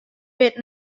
wit